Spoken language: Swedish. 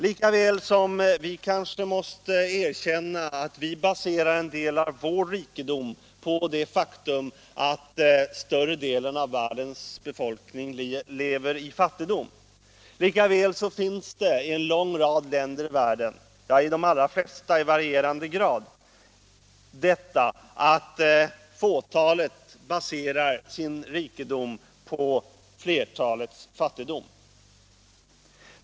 Lika väl som vi kanske måste erkänna att vi baserar en del av vår rikedom på det faktum att större delen av världens befolkning lever i fattigdom, lika väl finns det en lång rad länder i världen, ja det gäller i de allra flesta i varierande grad, där fåtalet baserar sin rikedom på flertalets fattigdom.